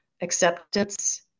acceptance